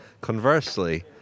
conversely